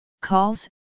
calls